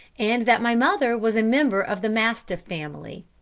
and that my mother was a member of the mastiff family.